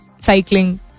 Cycling